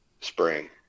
spring